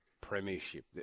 premiership